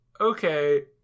okay